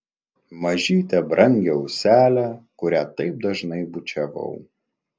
mažytę brangią auselę kurią taip dažnai bučiavau